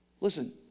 Listen